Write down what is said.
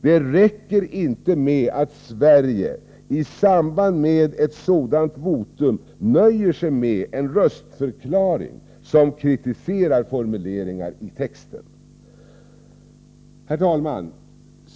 Det räcker inte med att Sverige i samband med ett sådant votum nöjer sig med en röstförklaring som kritiserar formuleringar i texten. Herr talman!